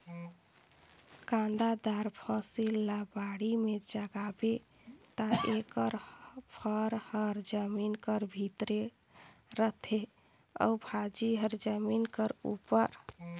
कांदादार फसिल ल बाड़ी में जगाबे ता एकर फर हर जमीन कर भीतरे रहथे अउ भाजी हर जमीन कर उपर